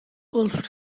wolfed